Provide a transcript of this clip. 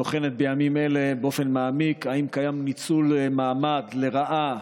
בוחנת בימים אלה באופן מעמיק אם קיים ניצול מעמד לרעה